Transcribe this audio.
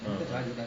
uh